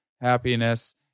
happiness